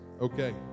Okay